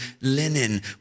linen